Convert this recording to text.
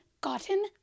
gotten